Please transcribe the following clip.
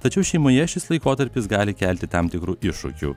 tačiau šeimoje šis laikotarpis gali kelti tam tikrų iššūkių